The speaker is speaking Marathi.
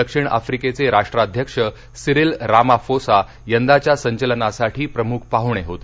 दक्षिण आफ्रिकेचे राष्ट्राध्यक्ष सिरिल रामाफोसा यंदाच्या संचलनासाठी प्रमुख पाहणे होते